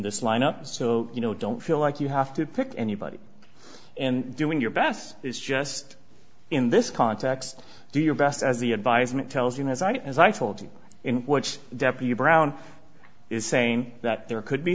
this line up so you know don't feel like you have to pick anybody and doing your best is just in this context do your best as the advisement tells you as i did as i told you in which deputy brown is saying that there could be